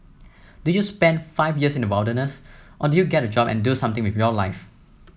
do you spend five years in the wilderness or do you get a job and do something with your life